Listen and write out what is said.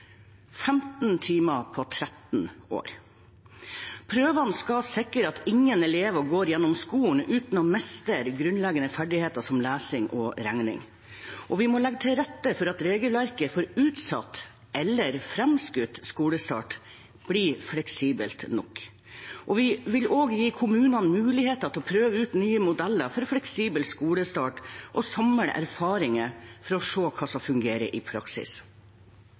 15 timer på 13 år. Prøvene skal sikre at ingen elever går gjennom skolen uten å mestre grunnleggende ferdigheter som lesing og regning. Vi må legge til rette for at regelverket for utsatt eller framskutt skolestart blir fleksibelt nok. Vi vil også gi kommunene muligheter til å prøve ut nye modeller for fleksibel skolestart og samle erfaringer for å se hva som fungerer i praksis.